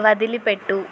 వదిలిపెట్టు